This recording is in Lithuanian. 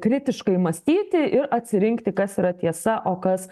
kritiškai mąstyti ir atsirinkti kas yra tiesa o kas